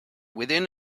within